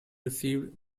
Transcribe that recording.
received